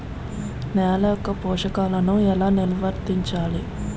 నెల యెక్క పోషకాలను ఎలా నిల్వర్తించాలి